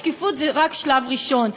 השקיפות זה רק שלב ראשון,